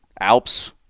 Alps